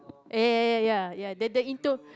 ya ya ya ya ya the the into